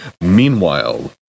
Meanwhile